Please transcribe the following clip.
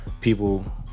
people